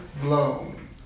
blown